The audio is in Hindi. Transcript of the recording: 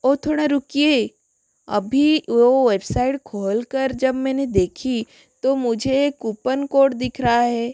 ओ थोड़ा रुकिए अभी वह वेबसाइड खोलकर जब मैने देखी तो मुझे एक कूपन कोड दिख रहा है